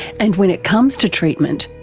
and when it comes to treatment,